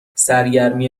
سرگرمی